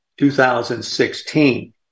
2016